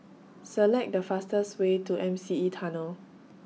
Select The fastest Way to M C E Tunnel